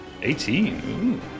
18